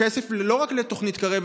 כסף לא רק לתוכנית קרב,